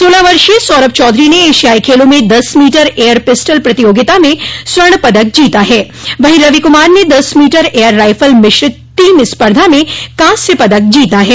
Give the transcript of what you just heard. सोलह वर्षीय सौरभ चौधरी ने एशियाई खेलों में दस मीटर एयर पिस्टल प्रतियोगिता में स्वर्ण पदक जीता हैं वहीं रवि कुमार ने दस मीटर एयर राइफल मिश्रित टीम स्पर्धा मे कांस्य पदक जीता है